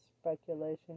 speculation